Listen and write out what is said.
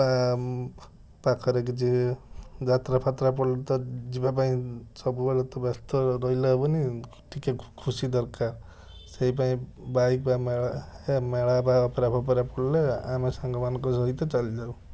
ବା ପାଖରେ କିଛି ଯାତ୍ରାଫାତ୍ରା ପଡ଼ିଲେ ତ ଯିବାପାଇଁ ସବୁବେଳେ ତ ବ୍ୟସ୍ତ ରହିଲେ ହେବନି ଟିକେ ଖୁସି ଦରକାର ସେଇପାଇଁ ବାଇକ୍ ବା ମେଳା ହେ ମେଳା ବା ଅପେରାଫପେରା ଆମେ ସାଙ୍ଗମାନଙ୍କ ସହିତ ଚାଲିଯାଉ